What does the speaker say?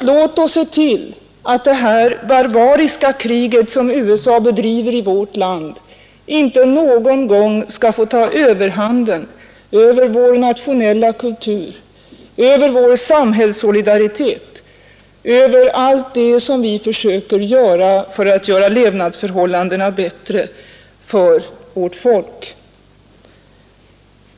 Låt oss se till att det barbariska krig som USA bedriver i vårt land inte någon gång skall få ta överhand över vår nationella kultur — över vår samhällssolidaritet — över allt det som vi försöker göra för att få bättre levnadsförhållanden för vårt folk.